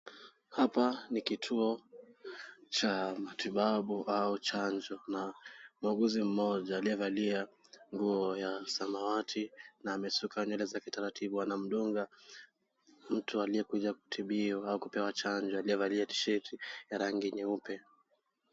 Hapa ni kituo cha matibabu au chanjo na muuguzi mmoja aliyevalia nguo ya samawati na amesuka nywele zake kitaratibu anamdunga mtu aliyekuja kutibiwa na kupewa chanjo aliyevalia tishati ya rangi nyeupe.